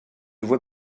voie